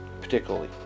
particularly